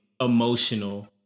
emotional